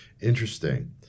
Interesting